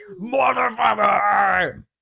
Motherfucker